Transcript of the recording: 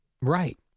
Right